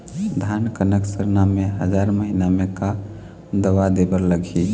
धान कनक सरना मे हजार महीना मे का दवा दे बर लगही?